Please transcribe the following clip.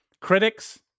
Critics